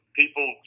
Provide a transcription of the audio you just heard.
people